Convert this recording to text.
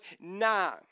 now